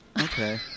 Okay